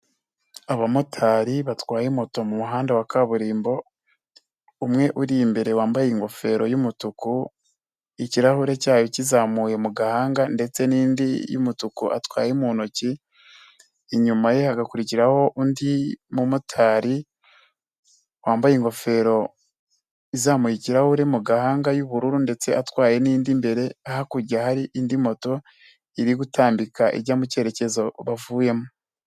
Abamotari batwaye moto mumuhanda wa kaburimbo umwe uri imbere wambaye ingofero y'umutuku ikirahure cyayo kizamuye mu gahanga ndetse n'indi y'umutuku atwaye mu ntoki inyuma ye hagakurikiraho undi mumotari wambaye ingofero izamuye ikirahuri mu gahanga y'ubururu ndetse atwaye n'indi imbere hakurya hari indi moto iri gutambika ijya mu cyerekezo bavuyemo.